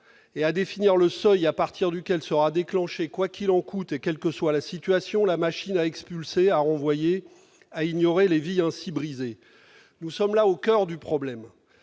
et le seuil à partir duquel sera déclenchée, quoi qu'il en coûte, et quelle que soit la situation, la machine à expulser, à renvoyer et à ignorer les vies ainsi brisées ! Nous sommes là au coeur du problème